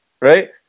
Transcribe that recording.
Right